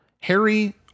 Harry